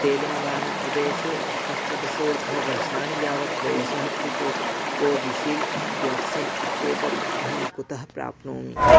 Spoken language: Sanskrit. तेलङ्गानाप्रदेशे अष्टदशोर्ध्ववर्षाणि यावत् वयसः कृते कोविशील्ड् व्याक्सीन् इत्येतत् अहं कुतः प्राप्नोमि